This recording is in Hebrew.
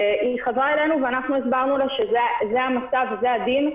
היא חזרה אלינו והסברנו לה שזה המצב וזה הדין,